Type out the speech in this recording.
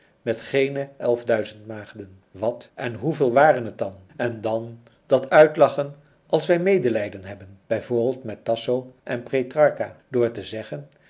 met geene elf duizend maagden wat en hoeveel waren het dan en dan dat uitlachen als wij medelijden hebben b v met tasso en petrarca door te zeggen